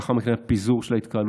ולאחר מכן פיזור של התקהלות,